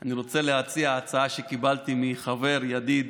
אני רוצה להציע הצעה שקיבלתי מחבר, ידיד,